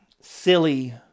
silly